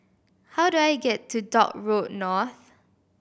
how do I get to Dock Road North